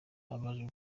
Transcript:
abaje